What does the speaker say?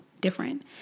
different